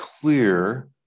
clear